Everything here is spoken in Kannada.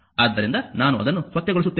ಆದ್ದರಿಂದ ನಾನು ಅದನ್ನು ಸ್ವಚ್ಛಗೊಳಿಸುತ್ತೇನೆ